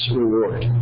reward